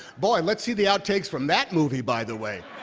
boy, let's see the outtakes from that movie, by the way.